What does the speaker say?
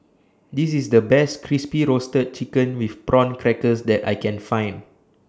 This IS The Best Crispy Roasted Chicken with Prawn Crackers that I Can Find